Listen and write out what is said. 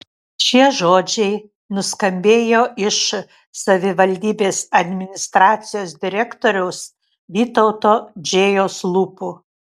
šie žodžiai nuskambėjo iš savivaldybės administracijos direktoriaus vytauto džėjos lūpų